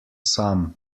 sam